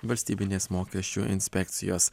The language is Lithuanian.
valstybinės mokesčių inspekcijos